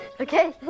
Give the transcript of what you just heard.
Okay